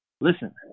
Listen